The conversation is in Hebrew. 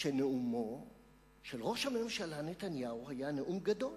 שנאומו של ראש הממשלה נתניהו היה נאום גדול,